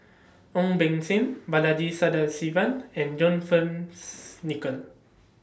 Ong Beng Seng Balaji Sadasivan and John Fearns Nicoll